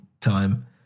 time